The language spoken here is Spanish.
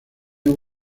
con